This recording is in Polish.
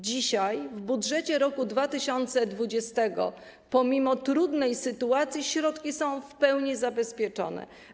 Dzisiaj w budżecie roku 2020 pomimo trudnej sytuacji środki są w pełni zapewnione.